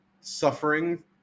suffering